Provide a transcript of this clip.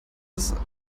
ist